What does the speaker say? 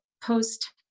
post